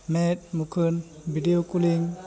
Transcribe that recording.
ᱢᱮᱫ ᱢᱩᱴᱷᱟᱹᱱ video calling